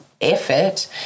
effort